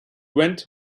went